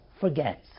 forgets